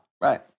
right